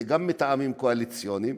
זה גם מטעמים קואליציוניים